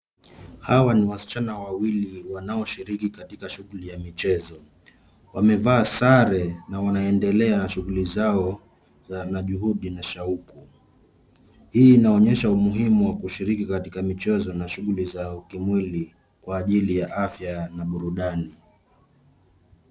Hawa ni wasichana wawili wanaoshiriki katika shughuli ya michezo. Wamevaa sare na wanaendelea na shughuli zao na juhudi na shauku. Hii inaonyesha umuhimu wa kushiriki katika michezo na shughuli za kimwili kwa ajili ya afya na burudani.